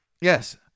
Yes